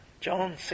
John